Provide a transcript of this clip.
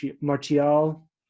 Martial